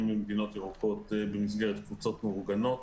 ממדינות ירוקות במסגרת קבוצות מאורגנות.